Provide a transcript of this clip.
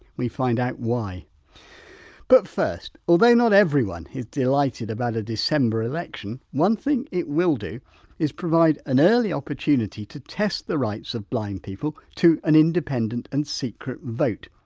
we find out why but first, although not everyone is delighted about a december election one thing it will do is provide an early opportunity to test the rights of blind people to an independent and secret vote.